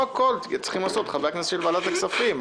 הכול צריכים לעשות חברי הכנסת של ועדת הכספים.